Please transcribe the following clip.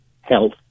health